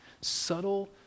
subtle